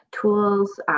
tools